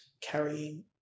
carrying